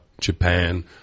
Japan